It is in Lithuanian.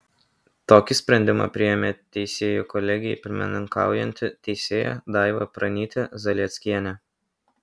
tokį sprendimą priėmė teisėjų kolegijai pirmininkaujanti teisėja daiva pranytė zalieckienė